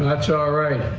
that's all right.